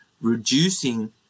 reducing